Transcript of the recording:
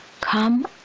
Come